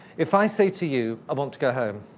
if i say to you, i want to go home,